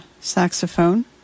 saxophone